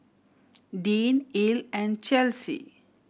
Deann Ell and Chesley